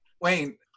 Wayne